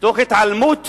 תוך התעלמות